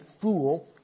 fool